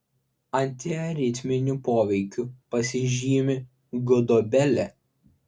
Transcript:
antiaritminiu poveikiu pasižymi gudobelė